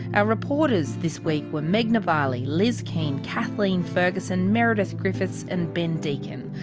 and reporters this week were meghna bali, liz keen, kathleen ferguson, meredith griffiths and ben deacon.